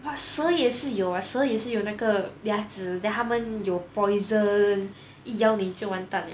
!wah! 蛇也是有 ah 蛇也是有那个夹子 then 他们有 poison 一咬你就完蛋了